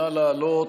נא לעלות,